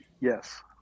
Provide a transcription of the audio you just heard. yes